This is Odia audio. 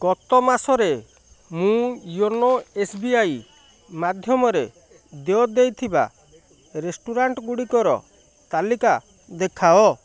ଗତ ମାସରେ ମୁଁ ୟୋନୋ ଏସ୍ ବି ଆଇ ମାଧ୍ୟମରେ ଦେୟ ଦେଇଥିବା ରେଷ୍ଟୁରାଣ୍ଟ୍ଗୁଡ଼ିକର ତାଲିକା ଦେଖାଅ